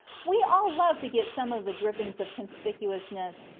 we all love to get some of the drippings of conspicuousness,